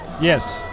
Yes